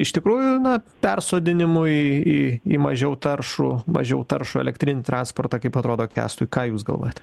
iš tikrųjų na persodinimui į į mažiau taršų mažiau taršų elektrinį transportą kaip atrodo kęstui ką jūs galvojat